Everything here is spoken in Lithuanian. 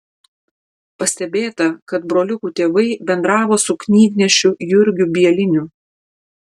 pastebėta kad broliukų tėvai bendravo su knygnešiu jurgiu bieliniu